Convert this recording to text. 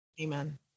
Amen